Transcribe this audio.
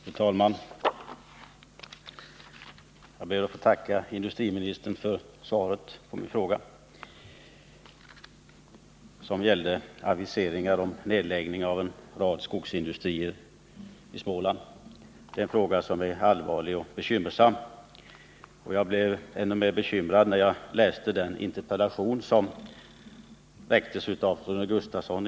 Fru talman! Jag ber att få tacka industriministern för svaret på min fråga, som gällde aviseringar om nedläggning av en rad skogsindustrier i Småland. Detta är allvarligt och bekymmersamt. Jag blev ännu mer bekymrad när jag läste den interpellation i detta ärende som framställts av Rune Gustavsson.